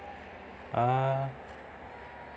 ᱟᱨ